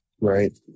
Right